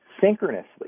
synchronously